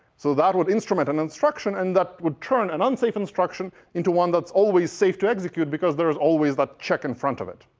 so that would instrument an instruction. and that would turn an unsafe instruction into one that's always safe to execute, because there's always that check in front of it.